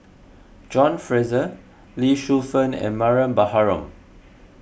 John Fraser Lee Shu Fen and Mariam Baharom